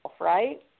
right